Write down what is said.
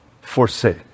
forsake